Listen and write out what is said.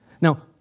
Now